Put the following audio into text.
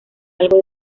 algo